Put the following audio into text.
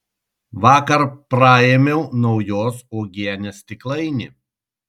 vakar praėmiau naujos uogienės stiklainį